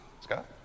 Scott